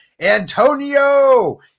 Antonio